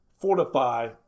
fortify